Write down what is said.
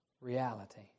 Reality